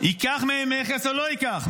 ייקח מהם מכס או לא ייקח?